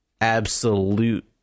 absolute